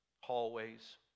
hallways